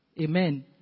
Amen